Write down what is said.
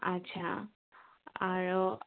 আচ্ছা আৰু